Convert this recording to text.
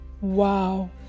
Wow